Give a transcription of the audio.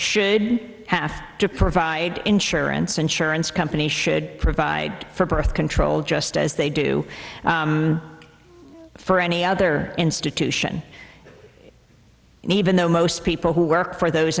should have to provide insurance insurance companies should provide for birth control just as they do for any other institution and even though most people who work for those